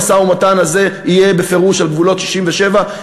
המשא-ומתן הזה יהיה בפירוש על גבולות 67',